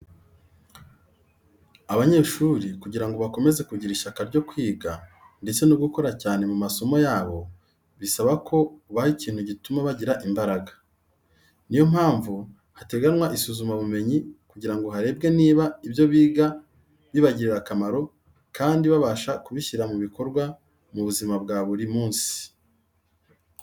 Abanyeshuri kugira ngo bakomeze kugira ishyaka ryo kwiga ndetse no gukora cyane mu masomo yabo, bisaba ko ubaha ikintu gituma bagira imbaraga. Ni yo mpamvu hateganwa isuzumabumenyi kugira ngo harebwe niba ibyo biga bibagirira akamaro kandi babasha kubishyira mu bikorwa mu buzima bwa buri munsi.